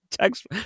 text